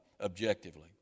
objectively